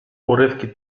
urywki